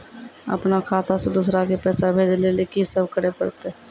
अपनो खाता से दूसरा के पैसा भेजै लेली की सब करे परतै?